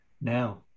now